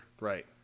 Right